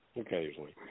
Occasionally